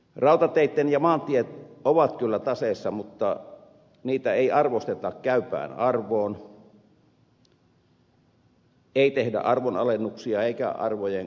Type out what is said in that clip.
rautatiet ja maantiet ovat kyllä taseessa mutta niitä ei arvosteta käypään arvoon ei tehdä arvonalennuksia eikä arvojen korotuksia